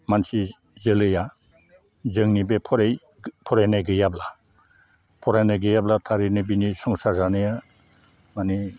मानसिनि जोलैआ जोंनि बे फरायनाय गैयाब्ला फरायनाय गैयाब्ला थारैनो बिनि संसार जानाया माने